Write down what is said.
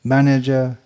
Manager